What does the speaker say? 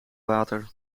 water